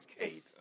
Kate